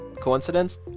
Coincidence